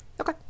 Okay